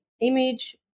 image